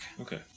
Okay